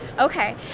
Okay